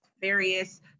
various